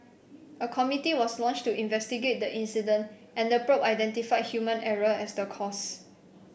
a committee was launched to investigate the incident and the probe identified human error as the cause